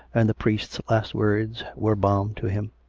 and the priest's last words were balm to him.